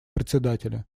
председателя